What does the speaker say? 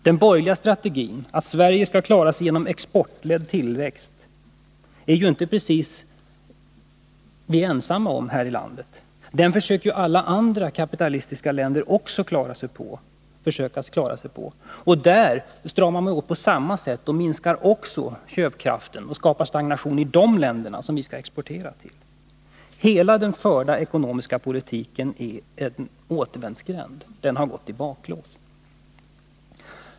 Den borgerliga strategin som går ut på att Sverige skall klaras genom exportledd tillväxt är de borgerliga i det här landet inte ensamma om. Den försöker ju alla andra kapitalistiska länder att klara sig på. I de länder som Sverige skall exportera till stramar man åt på samma sätt, minskar köpkraften och skapar stagnation. Hela den förda ekonomiska politiken är i en återvändsgränd. Den har gått i baklås.